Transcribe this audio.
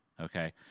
okay